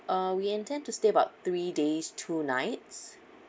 uh we intend to stay about three days two nights